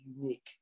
unique